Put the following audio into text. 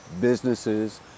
businesses